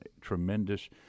tremendous